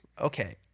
okay